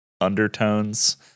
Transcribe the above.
undertones